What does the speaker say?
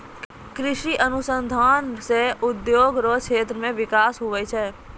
कृषि अनुसंधान से उद्योग रो क्षेत्र मे बिकास हुवै छै